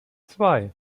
zwei